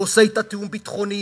ועושה אתה תיאום ביטחוני,